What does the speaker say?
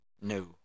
No